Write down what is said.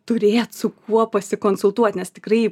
turėt su kuo pasikonsultuot nes tikrai